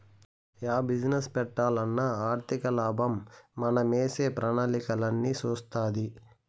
yeah business పెట్టాలన్నా ఆర్థికలాభం మనమేసే ప్రణాళికలన్నీ సూస్తాది